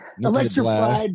Electrified